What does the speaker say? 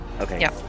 Okay